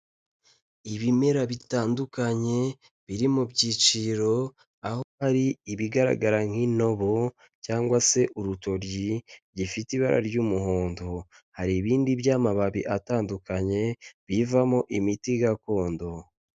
Ibimera bitandukanye biri mu byiciro aho hari ibigaragara nk'intobo cyangwa se urutoryi gifite ibara ry'umuhondo, hari ibindi by'amababi atandukanye bivamo imiti gakondo.